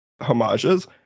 homages